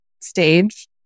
stage